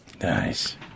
Nice